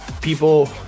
people